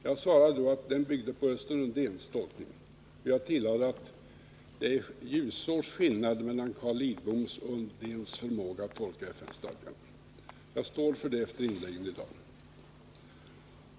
Jag svarade då att den byggde på Östen Undéns tolkning, och jag tillade att det är ljusårs skillnad mellan Carl Lidboms och Östen Undéns förmåga att tolka FN-stadgan. Jag står för det efter inläggen i dag.